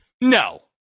No